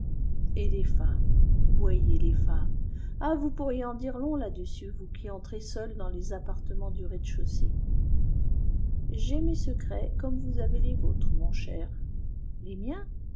et les femmes boyer les femmes ah vous pourriez en dire long là-dessus vous qui entrez seul dans les appartements du rez-de-chaussée j'ai mes secrets comme vous avez les vôtres mon cher les miens